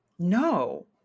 No